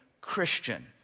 Christian